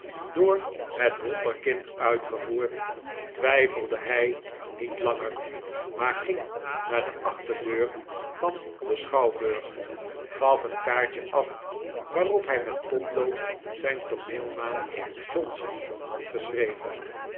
door het wonderkind uitgevoerd twijfelde hij niet langer maar ging naar de achterdeur van den schouwburg gaf een kaartje af waarop hij met potlood zijn tooneelnaam johnson had geschreven